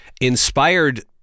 inspired